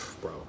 Bro